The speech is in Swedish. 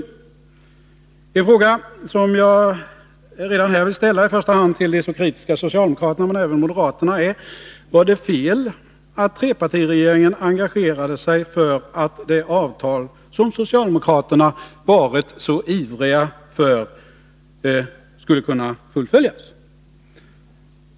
Onsdagen den En fråga som jag redan här vill ställa, i första hand till de så kritiska 12 maj 1982 socialdemokraterna, men även till moderaterna, är: Var det fel att trepartiregeringen engagerade sig för att det avtal som socialdemokraterna varit så ivriga att få till stånd skulle kunna fullföljas?